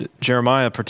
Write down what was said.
Jeremiah